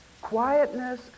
Quietness